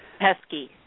Pesky